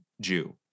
Jew